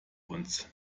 uns